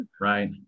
right